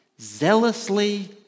zealously